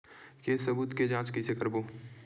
के सबूत के जांच कइसे करबो?